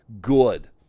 good